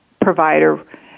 provider